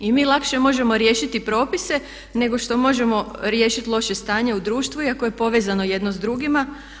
I mi lakše možemo riješiti propise nego što možemo riješiti loše stanje u društvu iako je povezano jedno s drugima.